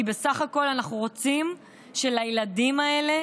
כי בסך הכול אנחנו רוצים שלילדים האלה